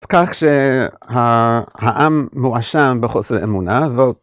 אז כך שהעם מואשם בחוסר אמונה.